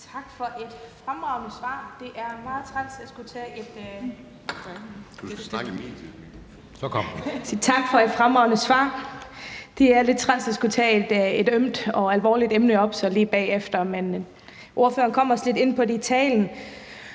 Tak for et fremragende svar. Det er lidt træls at skulle tage et ømt og alvorligt emne op sådan lige bagefter,